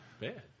bad